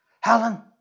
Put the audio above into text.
Helen